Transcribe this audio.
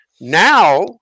Now